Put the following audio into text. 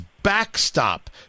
backstop